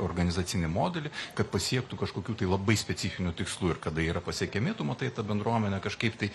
organizacinį modelį kad pasiektų kažkokių tai labai specifinių tikslų ir kada yra pasiekiami tu matai ta bendruomenė kažkaip tai